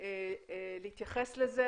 להתייחס לזה?